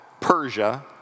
Persia